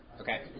okay